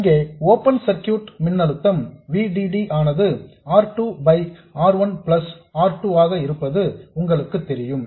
இங்கே open circuit மின்னழுத்தம் V D D ஆனது R 2 by R 1 plus R 2 ஆக இருப்பது உங்களுக்கு தெரியும்